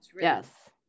Yes